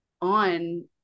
on